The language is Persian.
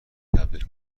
تبدیل